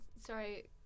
Sorry